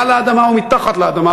מעל האדמה ומתחת לאדמה,